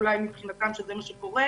מבחינתם שזה מה שקורה.